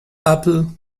apple